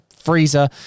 freezer